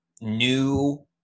new